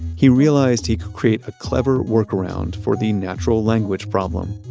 he realized he could create a clever workaround for the natural language problem.